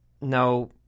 no